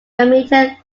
hamilton